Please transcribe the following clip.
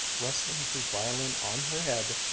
resting his violin on her head,